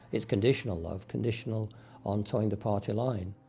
it's conditional love, conditional on towing the party line.